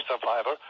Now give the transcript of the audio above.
survivor